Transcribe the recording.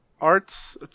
Arts